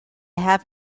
have